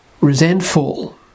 resentful